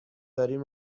داریم